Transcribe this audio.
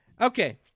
Okay